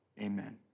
amen